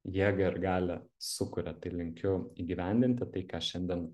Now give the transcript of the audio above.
jėgą ir galią sukuria tai linkiu įgyvendinti tai ką šiandien